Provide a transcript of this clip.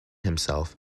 himself